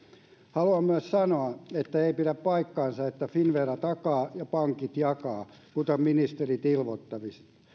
haluan myös sanoa että ei pidä paikkaansa että finnvera takaa ja pankit jakaa kuten ministerit ilmoittivat